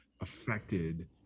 affected